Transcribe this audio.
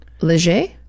léger